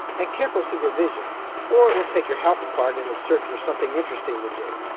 and careful supervision or it will take your house apart in its search for something interesting to do.